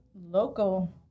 local